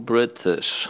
British